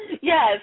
Yes